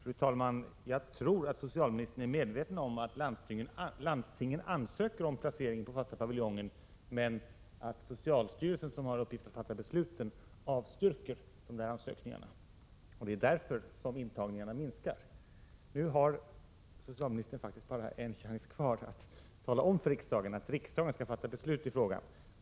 Fru talman! Jag tror att socialministern är medveten om att landstingen ansöker om placering av patienter på fasta paviljongen men att socialstyrelsen, som har uppgiften att fatta beslut, avstyrker ansökningarna. Det är därför som intagningarna minskar. Nu har socialministern faktiskt bara en chans kvar att tala om för riksdagen att riksdagen skall fatta beslut i frågan.